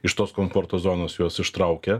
iš tos komforto zonos juos ištraukia